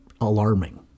alarming